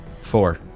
Four